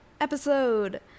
episode